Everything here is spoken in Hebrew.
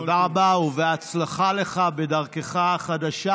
תודה רבה ובהצלחה לך בדרכך החדשה.